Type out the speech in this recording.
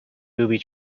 booby